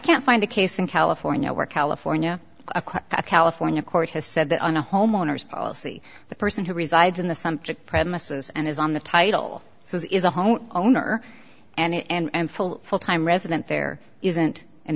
can't find a case in california where california a quite a california court has said that on a homeowners policy the person who resides in the subject premises and is on the title it was is a home owner and full full time resident there isn't an